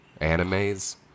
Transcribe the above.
animes